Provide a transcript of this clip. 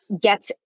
Get